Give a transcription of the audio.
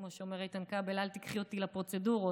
כמו שאומר איתן כבל: אל תיקחי אותי לפרוצדורות,